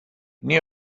nii